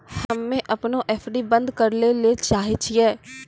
हम्मे अपनो एफ.डी बन्द करै ले चाहै छियै